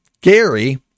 Gary